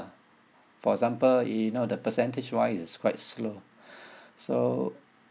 for example you you know the percentage wise it's quite slow so